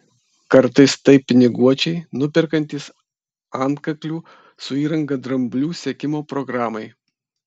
kartais tai piniguočiai nuperkantys antkaklių su įranga dramblių sekimo programai